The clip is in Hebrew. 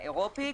האירופי,